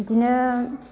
बिदिनो